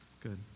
Good